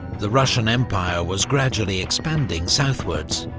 the russian empire was gradually expanding southwards.